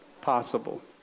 possible